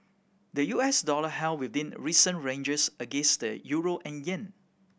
the U S dollar held within recent ranges against the euro and yen